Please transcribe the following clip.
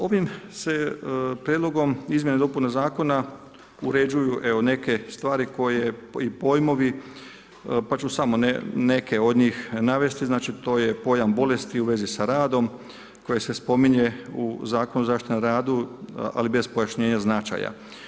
Ovim se Prijedlogom izmjena i dopuna zakona uređuje evo neke stvari koje i pojmovi pa ću samo neke od njih navesti, znači to je pojam bolesti u vezi sa radom, koji se spominje u Zakonu o zaštiti na radu, ali bez pojašnjenja značaja.